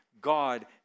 God